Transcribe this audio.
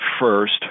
first